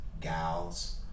gals